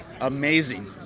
amazing